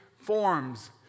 forms